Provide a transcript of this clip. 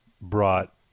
brought